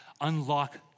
unlock